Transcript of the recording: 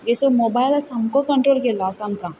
ए सो मोबायला सामको कंट्रोल गेल्लो आसा आमकां